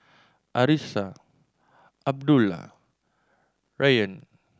Arissa Abdullah Rayyan